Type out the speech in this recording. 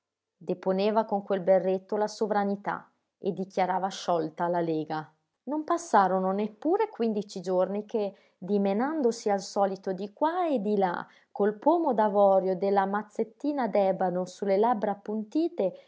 deponeva con quel berretto la sovranità e dichiarava sciolta la lega non passarono neppure quindici giorni che dimenandosi al solito di qua e di là col pomo d'avorio della mazzettina d'ebano su le labbra appuntite